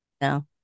no